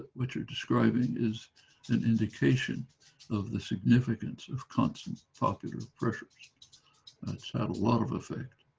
what you're describing is an indication of the significance of constant popular pressure that's had a lot of effect.